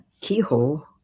Keyhole